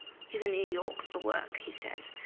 he's in new york for work, he says.